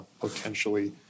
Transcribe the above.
potentially